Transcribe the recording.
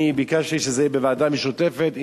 אני ביקשתי שזה יהיה בוועדה משותפת.